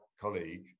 colleague